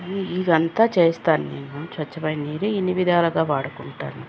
ఇదంతా చేస్తాను నేను స్వచ్ఛమైన నీరు ఇన్ని విధాలుగా వాడుకుంటాను